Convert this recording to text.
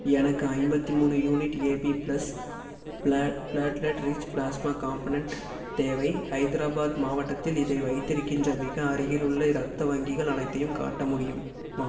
எனக்கு ஐம்பத்து மூணு unit AB plus platelet rich plasma component தேவை ஹைதராபாத் மாவட்டத்தில் இதை வைத்திருக்கின்ற மிக அருகிலுள்ள இரத்த வங்கிகள் அனைத்தையும் காட்ட முடியுமா